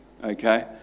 Okay